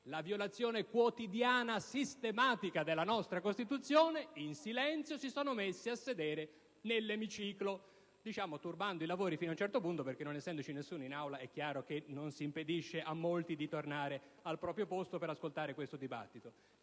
la violazione quotidiana e sistematica della nostra Costituzione, si sono messi a sedere nell'emiciclo. Ciò sta turbando i lavori fino ad un certo punto perché, non essendoci nessuno in Aula, è chiaro che non s'impedisce a molti di tornare al proprio posto per ascoltare questo dibattito.